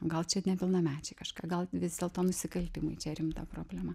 gal čia nepilnamečiai kažką gal vis dėlto nusikaltimai čia rimta problema